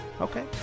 Okay